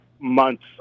months